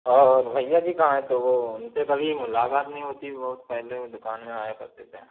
और भैया जी कहाँ है तो उनसे कभी मुलाकात नहीं होती बहुत पहले वो दुकान में आया करते थे